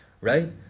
right